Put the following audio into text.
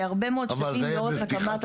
בהרבה מאוד שלבים, לא רק הקמת התשתית.